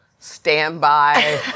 Standby